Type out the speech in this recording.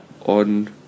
on